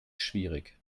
schwierig